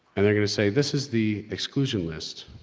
and they're gonna say this is the exclusion list.